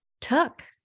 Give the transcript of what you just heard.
took